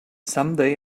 someday